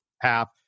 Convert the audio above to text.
half